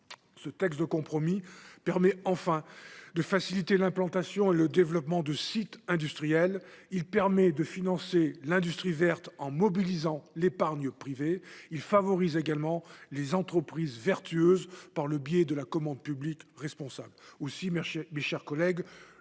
Ce texte de compromis permet enfin de faciliter l’implantation et le développement de sites industriels. Il permet de financer l’industrie verte en mobilisant l’épargne privée. Il favorise également les entreprises vertueuses, par le biais de la commande publique responsable.